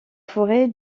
forêt